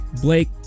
blake